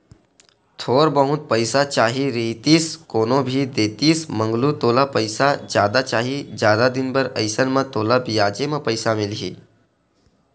थोर बहुत पइसा चाही रहितिस कोनो भी देतिस मंगलू तोला पइसा जादा चाही, जादा दिन बर अइसन म तोला बियाजे म पइसा मिलही